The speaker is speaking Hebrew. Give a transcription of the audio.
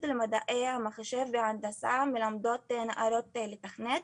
למדעי המחשב ולהנדסה מלמדות נערות לתכנת.